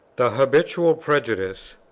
the habitual prejudice,